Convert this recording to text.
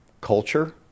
culture